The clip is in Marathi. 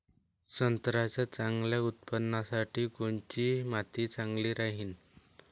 संत्र्याच्या चांगल्या उत्पन्नासाठी कोनची माती चांगली राहिनं?